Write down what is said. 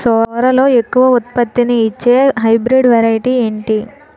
సోరలో ఎక్కువ ఉత్పత్తిని ఇచే హైబ్రిడ్ వెరైటీ ఏంటి?